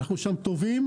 אנחנו טובים שם,